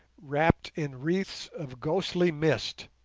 wrapped in wreaths of ghostly mist,